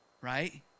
right